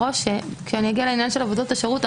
שכשאגיע לעניין עבודות השירות,